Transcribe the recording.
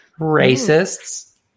Racists